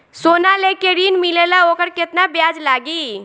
सोना लेके ऋण मिलेला वोकर केतना ब्याज लागी?